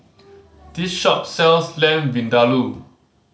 this shop sells Lamb Vindaloo